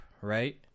right